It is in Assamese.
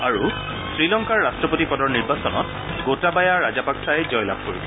আৰু শ্ৰীলংকাৰ ৰাট্টপতি পদৰ নিৰ্বাচনত গোটাবায়া ৰাজাপাক্ছাই জয়লাভ কৰিছে